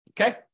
okay